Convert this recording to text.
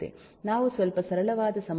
ನಾವು ಸ್ವಲ್ಪ ಸರಳವಾದ ಸಮಸ್ಯೆಯನ್ನು ನೋಡೋಣ